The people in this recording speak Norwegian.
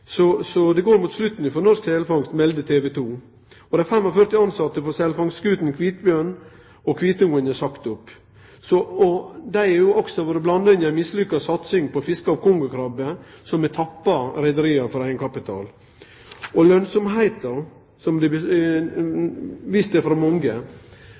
så det går mot slutten for norsk selfangst, melder TV 2. Og dei 45 tilsette på selfangstskutene «Kvitebjørn» og «Kvitungen» er sagde opp. Dei har også vore blanda inn i ei mislykka satsing på fiske av kongekrabbe, som har tappa rederia for eigenkapital. Og lønnsemda, som det er blitt vist til frå mange,